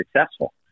successful